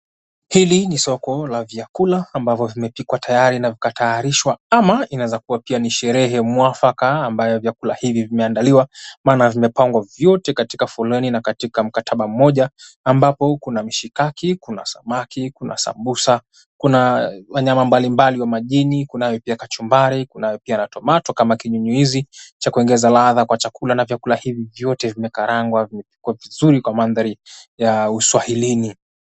Hili ni soko la vyakula ambavyo vimepikwa tayari na vinatayarishwa ama inaweza kuwa ni sherehe mwafaka ambayo vyakula hivi vimeandaliwa maana vimepangwa vyote katika foleni na katika mkataba mmoja ambapo kuna mishikaki, kuna samaki, kuna sambusa, kuna wanyama mbalimbali wa majini, kunayo pia kachumbari, kunayo pia na tomato kama kinyunyuizi cha kuongeza ladha kwa chakula na vyakula hivi vyote vimekarangwa, vimepikwa vizuri kwa mandhari ya uswahilini.